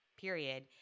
period